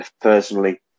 personally